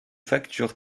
facture